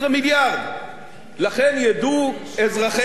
לכן ידעו אזרחי המדינה,